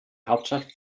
hauptstadt